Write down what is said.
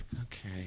Okay